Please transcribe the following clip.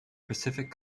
pacific